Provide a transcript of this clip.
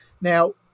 now